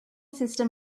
system